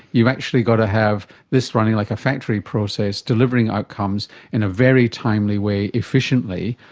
you've actually got to have this running like a factory process, delivering outcomes in a very timely way efficiently,